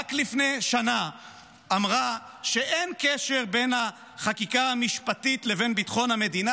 שרק לפני שנה אמרה שאין קשר בין החקיקה המשפטית לבין ביטחון המדינה,